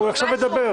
עכשיו הוא מדבר.